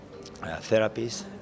therapies